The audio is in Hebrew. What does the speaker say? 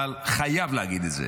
אבל חייב להגיד את זה,